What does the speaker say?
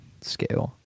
scale